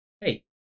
Hey